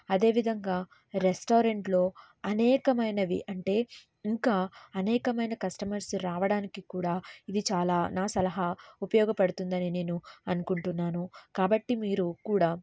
అదేవిధంగా రెస్టారెంట్లో అనేకమైనవి అంటే ఇంకా అనేకమైన కస్టమర్స్ రావడానికి కూడా ఇది చాలా నా సలహా ఉపయోగపడుతుందని నేను అనుకుంటున్నాను కాబట్టి మీరు కూడా